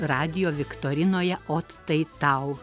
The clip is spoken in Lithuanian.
radijo viktorinoje ot tai tau